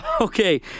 Okay